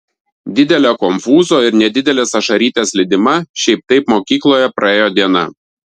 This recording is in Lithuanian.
didelio konfūzo ir nedidelės ašarytės lydima šiaip taip mokykloje praėjo diena